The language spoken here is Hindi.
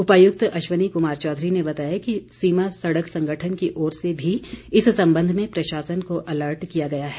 उपायुक्त अश्वनी कुमार चौधरी ने बताया कि सीमा सड़क संगठन की ओर से भी इस संबंध में प्रशासन को अलर्ट किया गया है